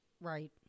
Right